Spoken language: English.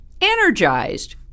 energized